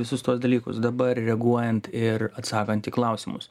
visus tuos dalykus dabar reaguojant ir atsakant į klausimus